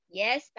yes